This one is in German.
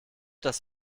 das